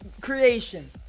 creation